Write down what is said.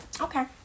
Okay